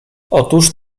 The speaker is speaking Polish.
otóż